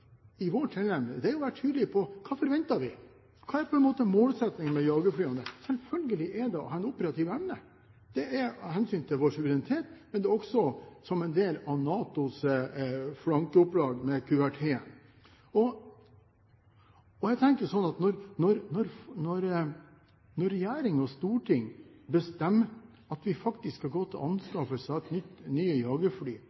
i vår tilnærming, er å være tydelig på: Hva forventer vi, hva er målsettingen med jagerflyene? Selvfølgelig er det å ha en operativ evne, det er av hensyn til vår suverenitet, men det er også som en del av NATOs flankeoppdrag med QRT. Jeg tenker at når regjering og storting bestemmer at vi faktisk skal gå til